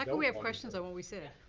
ah we have questions on what we said.